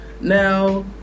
Now